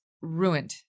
ruined